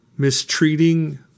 mistreating